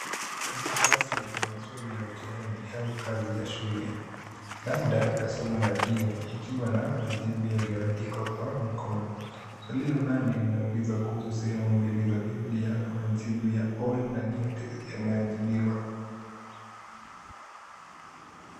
Karatasi yenye maswali ya mtihani au kazi ya shule. Labda ya somo la dini ikiwa na majibu yaliyoandikwa kwa mkono. Swali la nane linauliza kuhusu sehemu mbili za bibilia na majibu ya old na new yamejibiwa.